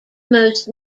most